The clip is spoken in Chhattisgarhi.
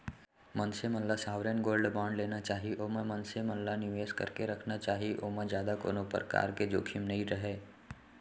मनसे मन ल सॉवरेन गोल्ड बांड लेना चाही ओमा मनसे मन ल निवेस करके रखना चाही ओमा जादा कोनो परकार के जोखिम नइ रहय